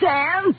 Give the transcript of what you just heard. Sam